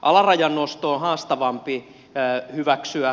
alarajan nosto on haastavampi hyväksyä